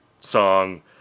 song